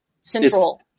central